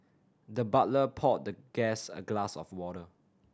the butler poured the guest a glass of water